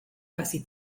casi